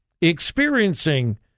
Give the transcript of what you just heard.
experiencing